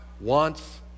wants